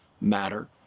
matter